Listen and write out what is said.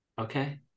Okay